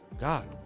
God